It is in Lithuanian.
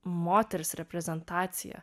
moters reprezentaciją